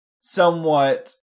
somewhat